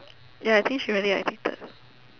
ya I think she really addicted